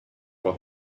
for